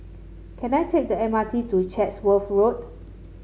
can I take the M R T to Chatsworth Road